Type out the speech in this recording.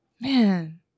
Man